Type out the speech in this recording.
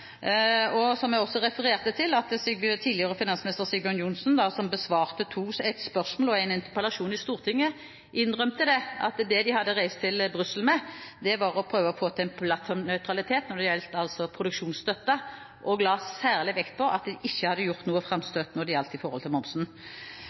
tidligere finansminister Sigbjørn Johnsen, som besvarte ett spørsmål og en interpellasjon i Stortinget, at det de hadde reist til Brussel med, var å prøve å få til en plattformnøytralitet når det gjaldt produksjonsstøtte, og la særlig vekt på at de ikke hadde gjort noe